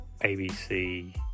ABC